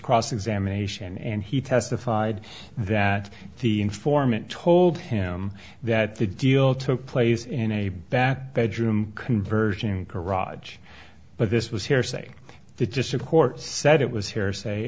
cross examination and he testified that the informant told him that the deal took place in a back bedroom conversion kharaj but this was hearsay the gist of court said it was hearsay